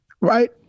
Right